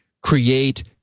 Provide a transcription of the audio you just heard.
create